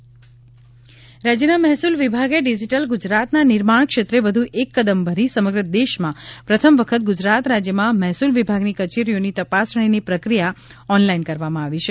કૌશિકભાઇ પટેલ રાજ્યના મહેસૂલ વિભાગે ડીજીટલ ગુજરાતના નિર્માણક્ષેત્રે વધુ એક કદમ ભરી સમગ્ર દેશમાં પ્રથમ વખત ગુજરાત રાજ્યમાં મહેસૂલ વિભાગની કચેરીઓની તપાસણીની પ્રક્રિયા ઓનાલાઇન કરવામાં આવી છે